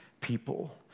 people